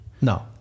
no